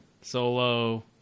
Solo